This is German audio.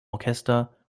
orchester